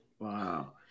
Wow